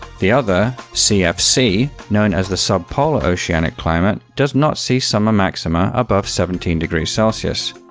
the other, cfc, known as the subpolar oceanic climate does not see summer maxima above seventeen degrees celsius.